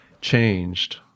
changed